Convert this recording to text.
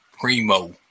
primo